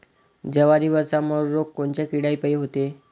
जवारीवरचा मर रोग कोनच्या किड्यापायी होते?